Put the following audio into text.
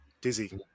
Dizzy